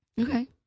Okay